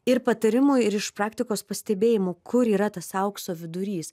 ir patarimų ir iš praktikos pastebėjimų kur yra tas aukso vidurys